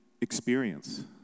experience